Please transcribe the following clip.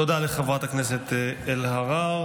תודה לחברת הכנסת אלהרר.